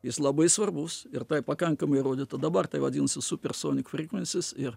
jis labai svarbus ir tai pakankamai įrodyta dabar tai vadinasi supersonic frequencies ir